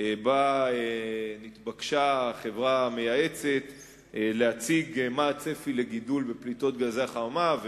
שבה נתבקשה החברה המייעצת להציג מה הצפי לגידול בפליטת גזי חממה,